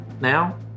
now